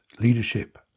leadership